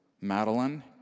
Madeline